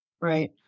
Right